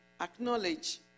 acknowledge